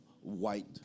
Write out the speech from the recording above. white